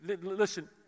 Listen